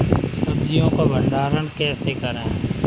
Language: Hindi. सब्जियों का भंडारण कैसे करें?